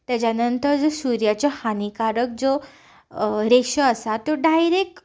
तेच्या नंतर ज्यो सुर्याच्यो हानीकारक ज्यो रेशा आस त्यो डायरेक्ट